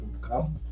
come